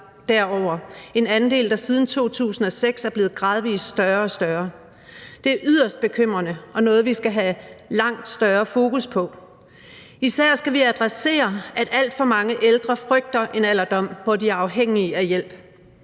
derover; en andel, der siden 2006 er blevet gradvis større og større. Det er yderst bekymrende og noget, vi skal have langt større fokus på. Især skal vi adressere, at alt for mange ældre frygter en alderdom, hvor de er afhængige af hjælp.